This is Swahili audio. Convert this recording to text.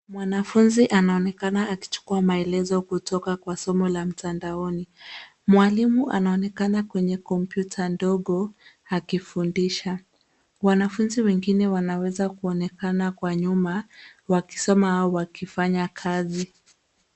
Mwanafunzi anaonekana akichukua maelezo kutoka kwa somo la mtandaoni. Mwalimu anaonekana kwenye kompyuta ndogo akifundisha. Wanafunzi wengine wanaweza kuonekana kwa nyuma wakisoma au wakifanya kazi.